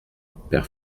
père